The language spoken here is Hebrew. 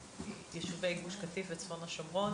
מיישובי גוש קטיף וצפון השומרון